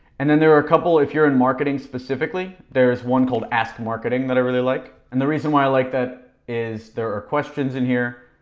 and then there are a couple if you're in marketing specifically. there's one called ask marketing that i really like. and the reason why i like that is there are questions in here.